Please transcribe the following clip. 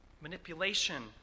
Manipulation